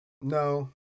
No